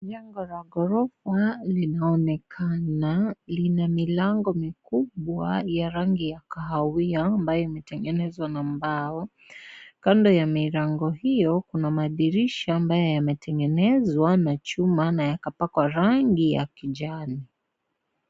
Jengo la ghorofa linaonekana, Lina milango mikubwa ya rangi ya kahawia ambayo imetengenezwa na mbao. Kando ya milango hiyo kuna madirisha ambayo yametengenezwa na chuma yakapakwa rangi ya kijani.